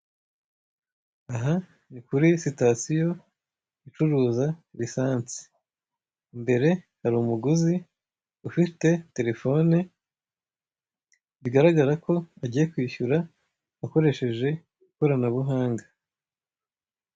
Aha ni kuri sitasiyo icuruza risansi. Imbere hari umuguzi ufite telefone, bigararaga ko agiye kwishyura akoresheje ikoranabuhanga.